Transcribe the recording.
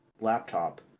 laptop